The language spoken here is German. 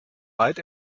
weit